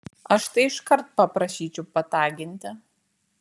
aš tai iškart paprašyčiau pataginti